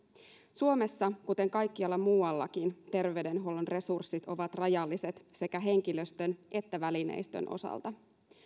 suomessa kuten kaikkialla muuallakin terveydenhuollon resurssit ovat rajalliset sekä henkilöstön että välineistön osalta